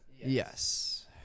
Yes